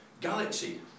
galaxy